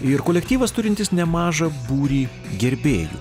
ir kolektyvas turintis nemažą būrį gerbėjų